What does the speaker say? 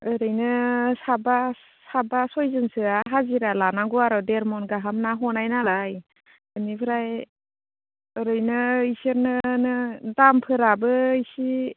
ओरैनो साबा साबा सयजोनसोआ हाजिरा लानांगौ आरो देरमन गाहाम ना हनाय नालाय बेनिफ्राय ओरैनो बिसोरनोनो दामफोराबो एसि